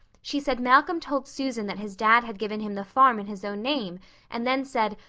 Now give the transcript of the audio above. she said malcolm told susan that his dad had given him the farm in his own name and then said,